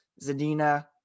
Zadina